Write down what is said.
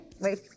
Wait